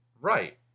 Right